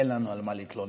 אין לנו על מה להתלונן.